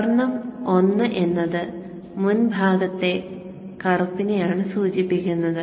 വർണ്ണം 1 എന്നത് മുൻഭാഗത്തെ കറുപ്പിനെ ആണ് സൂചിപ്പിക്കുന്നത്